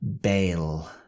bale